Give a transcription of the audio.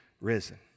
risen